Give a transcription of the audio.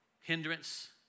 hindrance